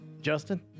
Justin